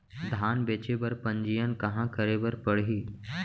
धान बेचे बर पंजीयन कहाँ करे बर पड़ही?